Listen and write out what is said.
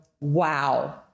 wow